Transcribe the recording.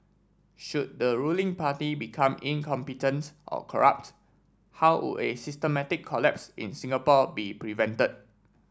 should the ruling party become incompetent or corrupt how would a systematic collapse in Singapore be prevented